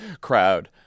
crowd